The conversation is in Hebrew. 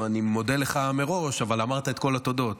אני מודה לך מראש, אבל אמרת את כל התודות.